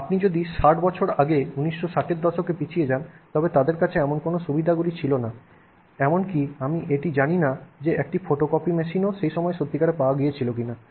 আপনি যদি 60 বছর আগে 1960 এর দশকে পিছিয়ে যান তবে তাদের কাছে এমন কোনও সুবিধাগুলি ছিল না এমনকি আমি এটি জানি না যে একটি ফটোকপি মেশিনও সেই সময়ে সত্যিই পাওয়া গিয়েছিল কিনা